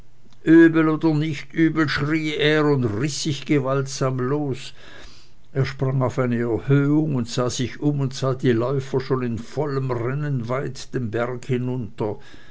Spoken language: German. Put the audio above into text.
übel oder nicht übel schrie er und riß sich gewaltsam los er sprang auf eine erhöhung und sah sich um und sah die läufer schon im vollen rennen weit den berg hinunter